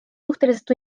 suhteliselt